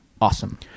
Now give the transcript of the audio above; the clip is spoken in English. awesome